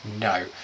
No